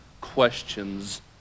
questions